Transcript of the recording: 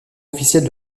officielle